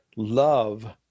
Love